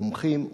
מומחים,